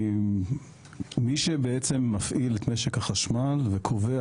מי שבעצם מפעיל את משק החשמל וקובע